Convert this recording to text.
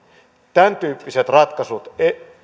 tämäntyyppiset ratkaisut